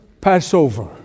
Passover